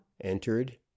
entered